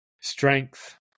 strength